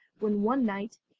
when, one night,